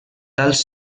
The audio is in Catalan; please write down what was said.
tals